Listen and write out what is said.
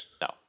no